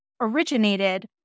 originated